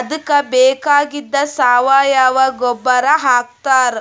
ಅದಕ್ಕ್ ಬೇಕಾಗಿದ್ದ್ ಸಾವಯವ ಗೊಬ್ಬರ್ ಹಾಕ್ತಾರ್